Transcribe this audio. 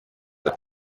miss